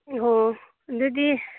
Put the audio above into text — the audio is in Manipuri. ꯍꯣ ꯑꯗꯨꯗꯤ